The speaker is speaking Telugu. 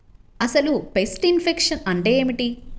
అసలు పెస్ట్ ఇన్ఫెక్షన్ అంటే ఏమిటి?